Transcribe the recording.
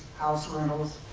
house rentals.